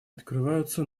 открываются